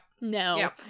No